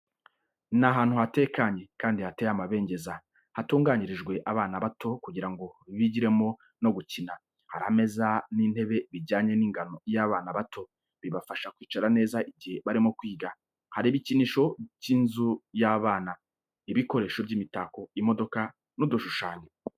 Ni ahantu hatekanye, kandi hateye amabengeza, hatunganyirijwe abana bato kugira ngo bigiremo no gukina. Hari ameza n'intebe bijyanye n'ingano y'abana bato. Bibafasha kwicara neza igihe barimo kwiga. Hari ibikinisho nk’inzu y’abana, ibikoresho by’imitako, imodoka, n’udushushanyo.